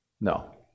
No